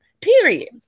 Period